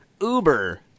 Uber